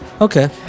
Okay